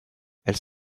elles